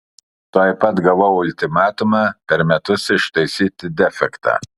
tuoj pat gavau ultimatumą per metus ištaisyti defektą